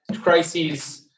crises